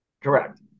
Correct